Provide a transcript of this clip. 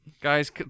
Guys